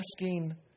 asking